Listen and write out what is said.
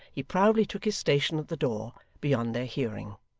he proudly took his station at the door, beyond their hearing.